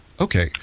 okay